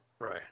Right